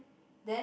then